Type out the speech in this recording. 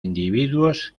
individuos